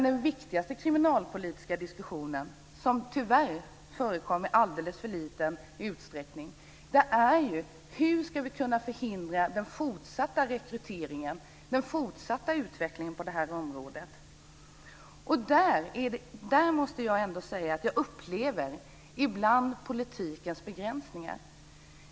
Den viktigaste kriminalpolitiska diskussionen, som tyvärr förekommer i alldeles för liten utsträckning, gäller hur vi ska kunna förhindra den fortsatta rekryteringen och den fortsatta utvecklingen på detta område. Jag måste säga att jag i detta sammanhang ibland upplever politikens begränsningar.